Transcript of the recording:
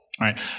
right